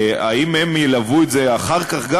האם הם ילוו את זה גם אחר כך?